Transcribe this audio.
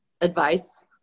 advice